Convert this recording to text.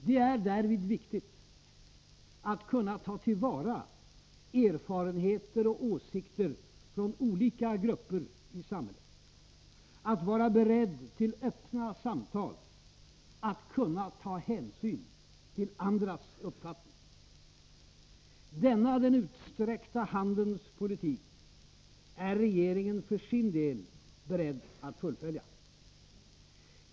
Det är därvid viktigt att kunna ta till vara erfarenheter och åsikter från olika grupper i samhället, att vara beredd till öppna samtal, att kunna ta hänsyn till andras uppfattning. Denna den utsträckta handens politik är regeringen för sin del beredd att fullfölja.